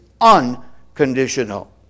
unconditional